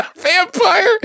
vampire